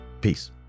Peace